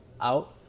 out